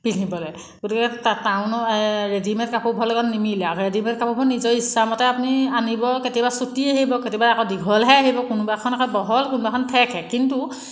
পিন্ধিবলৈ গতিকে টাউনৰ ৰেডি মেড কাপোৰবোৰৰ লগত নিমিলে ৰেডি মেড কাপোৰবোৰ নিজৰ ইচ্ছামতে আপুনি আনিব কেতিয়া চুটি আহিব কেতিয়াবা আকৌ দীঘলহে আহিব কোনোবাখন আকৌ বহল কোনোবাখন ঠেকহে কিন্তু